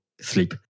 sleep